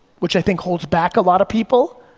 which i think holds back a lot of people,